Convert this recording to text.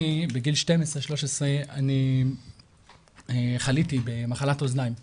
אני, בגיל 13-12 חליתי במחלת אוזניים קשה.